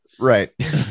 right